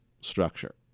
structure